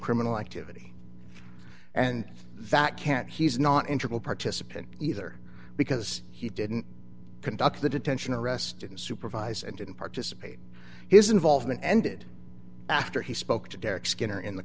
criminal activity and that can't he's not in trouble participant either because he didn't conduct the detention or arrest and supervise and didn't participate his involvement ended after he spoke to derek skinner in the